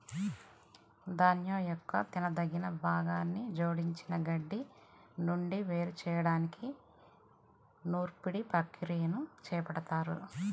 ధాన్యం యొక్క తినదగిన భాగాన్ని జోడించిన గడ్డి నుండి వేరు చేయడానికి నూర్పిడి ప్రక్రియని చేపడతారు